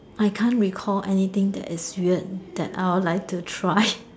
I can't recall anything that is weird that I would like to try